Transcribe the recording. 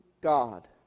God